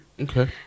Okay